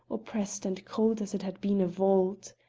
oppressed and cold as it had been a vault.